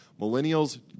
Millennials